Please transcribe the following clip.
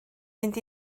mynd